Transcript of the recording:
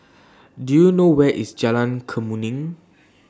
Do YOU know Where IS Jalan Kemuning